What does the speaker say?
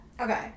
Okay